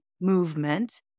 movement